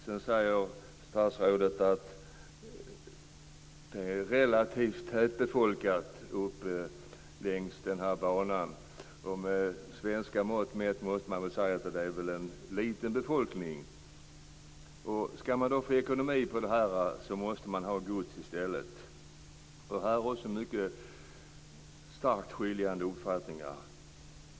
Sedan säger statsrådet att det är relativt tätbefolkat uppe längs den här banan. Med svenska mått mätt måste man väl säga att det är en liten befolkning. Skall man då få ekonomi på det här måste man ha gods i stället. Här finns det också mycket starkt skiljande uppfattningar.